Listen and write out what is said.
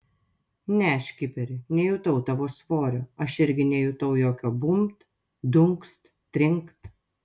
ne škiperi nejutau tavo svorio aš irgi nejutau jokio bumbt dunkst trinkt